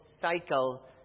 cycle